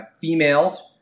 females